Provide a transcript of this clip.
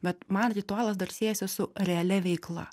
bet man ritualas dar siejasi su realia veikla